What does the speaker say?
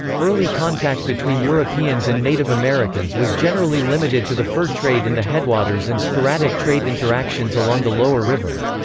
early contact between europeans and native americans was generally limited to the fur trade in the headwaters and sporadic trade interactions along the lower river.